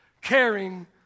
caring